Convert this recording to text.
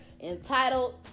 entitled